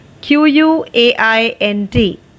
Q-U-A-I-N-T